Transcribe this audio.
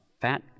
fat